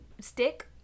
stick